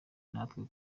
natwe